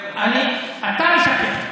אתה משקר.